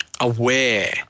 aware